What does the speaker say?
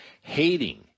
hating